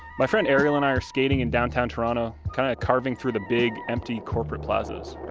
my friend, ariel and i, are skating in downtown toronto, kind of carving through the big, empty corporate plazas.